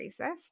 racist